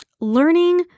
learning